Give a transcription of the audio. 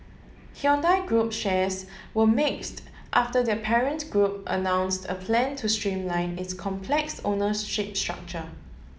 Hyundai group shares were mixed after their parent group announced a plan to streamline its complex ownership structure